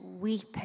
weeping